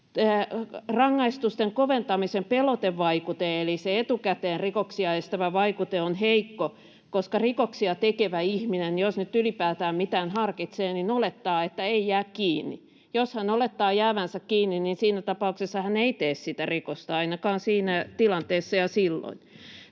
Rangaistusten koventamisen pelotevaikute, eli se etukäteen rikoksia estävä vaikute, on heikko, koska rikoksia tekevä ihminen — jos nyt ylipäätään mitään harkitsee — olettaa, että ei jää kiinni. Jos hän olettaa jäävänsä kiinni, niin siinä tapauksessa hän ei tee sitä rikosta ainakaan siinä tilanteessa ja silloin.